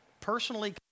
personally